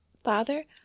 Father